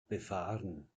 befahren